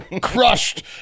crushed